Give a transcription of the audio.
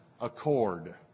accord